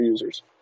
users